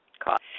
cause.